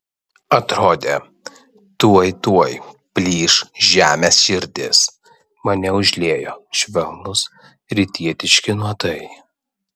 atrodė tuoj tuoj plyš žemės širdis mane užliejo švelnūs rytietiški nuodai